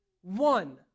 one